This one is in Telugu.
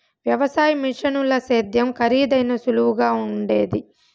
వ్యవసాయ మిషనుల సేద్యం కరీదైనా సులువుగుండాది